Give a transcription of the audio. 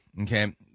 okay